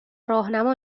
راهنما